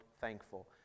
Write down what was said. thankful